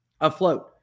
afloat